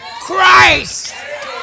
Christ